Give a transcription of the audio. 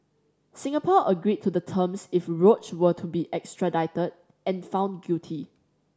Singapore agreed to the terms if Roach were to be extradited and found guilty